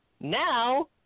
now